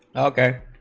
ok